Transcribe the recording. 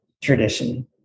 tradition